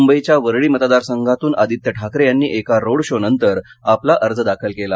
मुंबईच्या वरळी मतदारसंघातून आदित्य ठाकरे यांनी एका रोड शो नंतर आपला अर्ज दाखल केला